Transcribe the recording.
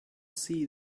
see